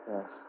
yes